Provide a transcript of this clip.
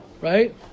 right